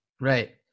Right